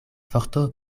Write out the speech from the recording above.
forto